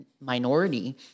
minority